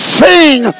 sing